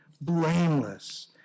blameless